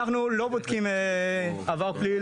אנחנו לא בודקים עבר פלילי,